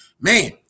Man